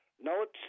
Notes